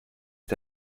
est